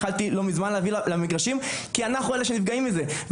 התחלתי לא מזמן להביא למגרשים כי אנחנו אלה שנפגעים מזה.